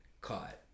caught